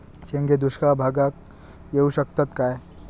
शेंगे दुष्काळ भागाक येऊ शकतत काय?